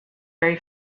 very